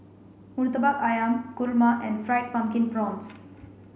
Murtabak Ayam Kurma and fried pumpkin prawns